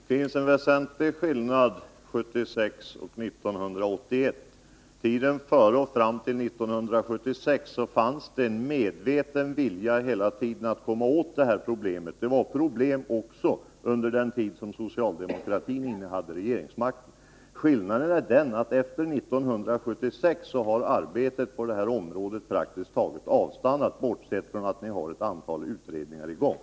Herr talman! Det finns en väsentlig skillnad mellan 1976 och 1981. Fram till 1976 fanns det hela tiden en medveten vilja att komma åt detta problem. Det var problem också under den tid som socialdemokratin innehade regeringsmakten. Skillnaden är den att efter 1976 har arbetet på detta område praktiskt taget avstannat, bortsett från att ni har ett antal utredningar i gång.